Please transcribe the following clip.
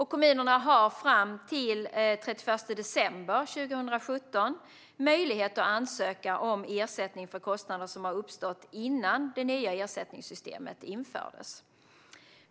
Kommunerna har fram till den 31 december 2017 möjlighet att ansöka om ersättning för kostnader som har uppstått innan det nya ersättningssystemet infördes.